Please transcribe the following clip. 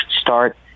start